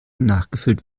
nachgefüllt